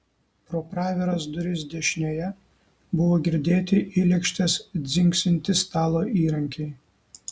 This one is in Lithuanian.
pro praviras duris dešinėje buvo girdėti į lėkštes dzingsintys stalo įrankiai